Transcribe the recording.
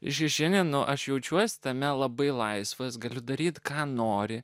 žinią nu aš jaučiuosi tame labai laisvas galiu daryti ką nori